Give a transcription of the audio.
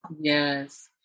Yes